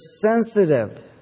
sensitive